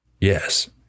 Yes